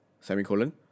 Semicolon